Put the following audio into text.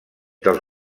dels